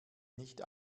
nicht